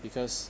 because